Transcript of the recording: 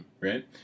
right